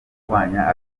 urwanya